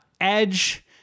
Edge